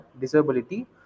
disability